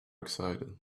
excited